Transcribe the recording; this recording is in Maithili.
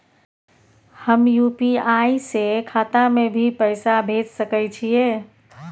हम यु.पी.आई से खाता में भी पैसा भेज सके छियै?